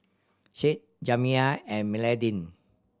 Shade Jamiya and Madaline